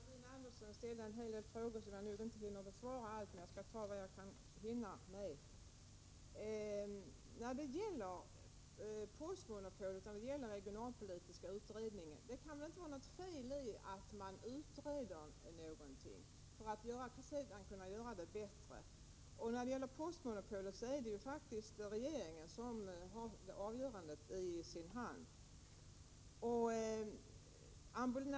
Herr talman! Anna Wohlin-Andersson ställde en hel del frågor. Jag hinner nog inte besvara dem alla, men jag skall besvara så många som möjligt. När det gäller postmonopolet och den regionalpolitiska utredningen vill jag säga att det väl inte kan vara fel att man utreder för att åstadkomma förbättringar. I fråga om postmonopolet är det faktiskt regeringen som har avgörandet i sin hand.